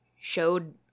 showed